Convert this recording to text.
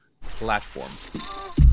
platform